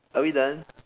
are we done